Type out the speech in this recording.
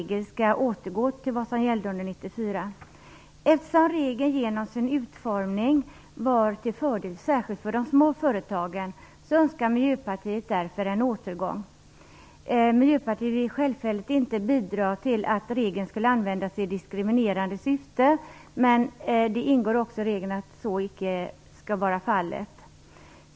Eftersom regeln genom sin utformning var till fördel särskilt för de små företagen, önskar Miljöpartiet en sådan återgång. Miljöpartiet vill självfallet inte bidra till att regeln skulle användas i diskriminerande syfte, och den var även så utformad att så inte skulle bli fallet.